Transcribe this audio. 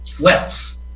wealth